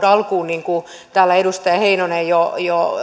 alkuun niin kuin täällä edustaja heinonen jo